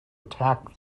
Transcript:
attacked